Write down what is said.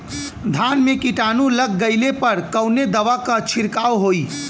धान में कीटाणु लग गईले पर कवने दवा क छिड़काव होई?